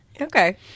Okay